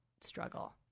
struggle